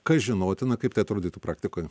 kas žinotina kaip tai atrodytų praktikoje